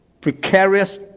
precarious